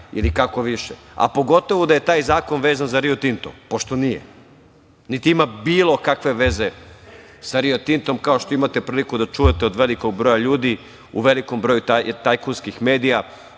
ili kako više, a pogotovu da je taj zakon vezan za „Rio Tinto“, pošto nije. Niti ima bilo kakve veze sa „Rio Tintom“, kao što imate priliku da čujete od velikog broja ljudi u velikom broju tajkunskih medija.